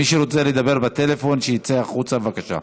מי שרוצה לדבר בטלפון יצא החוצה בבקשה.